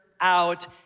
out